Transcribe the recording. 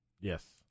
Yes